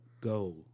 go